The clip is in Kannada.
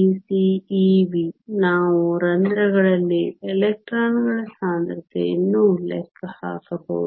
Ec Ev ನಾವು ರಂಧ್ರಗಳಲ್ಲಿ ಎಲೆಕ್ಟ್ರಾನ್ಗಳ ಸಾಂದ್ರತೆಯನ್ನು ಲೆಕ್ಕ ಹಾಕಬಹುದು